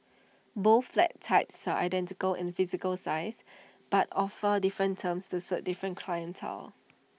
both flat types are identical in physical size but offer different terms to suit different clientele